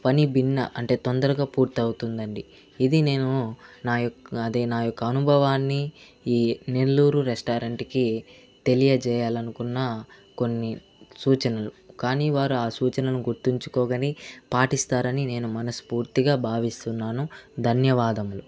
పని భిన్న అంటే తొందరగా పూర్తి అవుతుంది అండి ఇది నేను నా యొక్క అదే నా యొక్క అనుభవాన్ని ఈ నెల్లూరు రెస్టారెంట్కి తెలియజేయాలనుకున్న కొన్ని సూచనలు కానీ వారు ఆ సూచనలను గుర్తించుకొని పాటిస్తారని నేను మనస్ఫూర్తిగా భావిస్తున్నాను ధన్యవాదములు